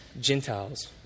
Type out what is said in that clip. Gentiles